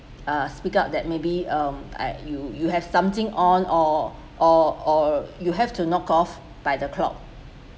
uh speak up that maybe um you you have something on or or or you have to knock off by the clock